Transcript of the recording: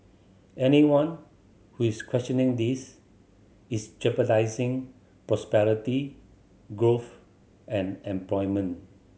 anyone who is questioning this is jeopardising prosperity growth and employment